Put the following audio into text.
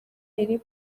iri